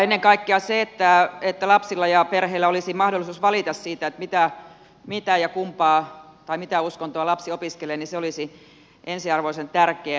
ennen kaikkea se että lapsilla ja perheillä olisi mahdollisuus valita siitä pitää mitä ja kumpaa tai mitä uskontoa lapsi opiskelee olisi ensiarvoisen tärkeää